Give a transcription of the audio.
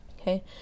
Okay